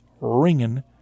ringing